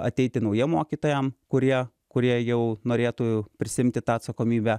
ateiti naujiem mokytojam kurie kurie jau norėtų prisiimti tą atsakomybę